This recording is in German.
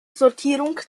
sortierung